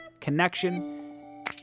connection